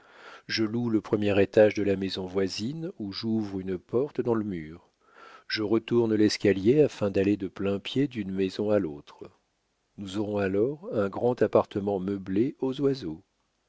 je loue le premier étage de la maison voisine où j'ouvre une porte dans le mur je retourne l'escalier afin d'aller de plain-pied d'une maison à l'autre nous aurons alors un grand appartement meublé aux oiseaux